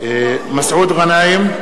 מסעוד גנאים,